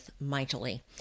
mightily